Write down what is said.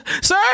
sir